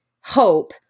hope